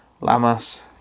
Lamas